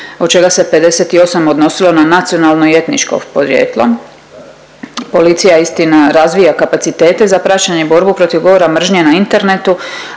od čega se 58 odnosilo na nacionalno i etničko podrijetlo. Policija, istina, razvija kapacitete za praćenje i borbu protiv govora mržnje na internetu,